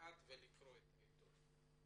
את העיתון.